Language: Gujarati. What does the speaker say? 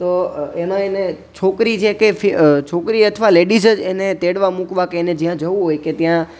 તો એનો એને છોકરી છે કે છોકરી અથવા લેડીઝ જ એને તેડવા મૂકવા અથવા એને ક્યાંય જવું હોય કે ત્યાં